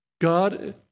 God